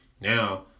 now